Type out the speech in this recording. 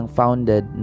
founded